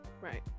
right